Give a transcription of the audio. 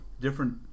different